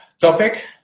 topic